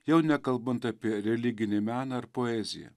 jau nekalbant apie religinį meną ar poeziją